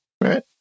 Right